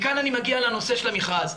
מכאן אני מגיע לנושא המכרז.